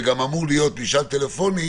וגם אמור להיות משאל טלפוני.